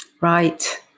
Right